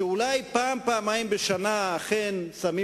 אולי פעם או פעמיים בשנה הם אכן שמים